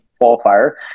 qualifier